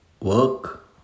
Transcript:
work